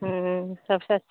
हूँ सबसँ